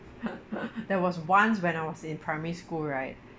there was once when I was in primary school right